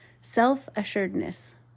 self-assuredness